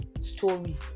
story